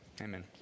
amen